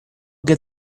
get